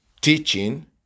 teaching